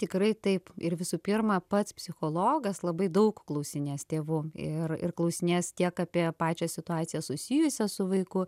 tikrai taip ir visų pirma pats psichologas labai daug klausinės tėvų ir ir klausinės tiek apie pačią situaciją susijusią su vaiku